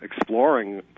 exploring